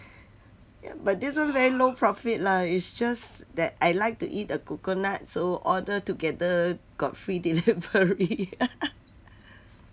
ya but this one very low profit lah it's just that I like to eat the coconut so order together got free delivery